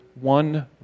one